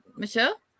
Michelle